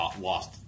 lost